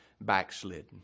backslidden